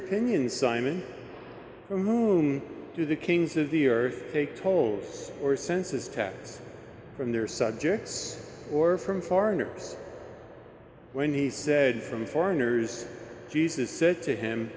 opinion simon from whom do the kings of the earth take tolls or census tags from their subjects or from foreigners when he said from foreigners jesus said to him